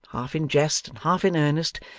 half in jest and half in earnest,